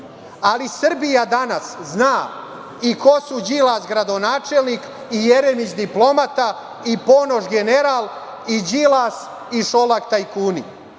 Beograda. Srbija danas zna i ko su Đilas gradonačelnik i Jeremić diplomata i Ponoš general i Đilas i Šolak tajkuni.